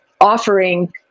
offering